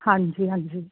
ਹਾਂਜੀ ਹਾਂਜੀ